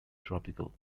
tropical